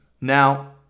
Now